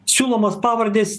siūlomas pavardės